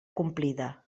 complida